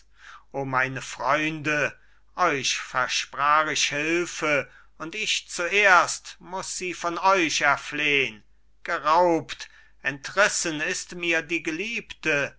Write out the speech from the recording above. o meine freunde euch versprach ich hülfe und ich zuerst muss sie von euch erflehn geraubt entrissen ist mir die geliebte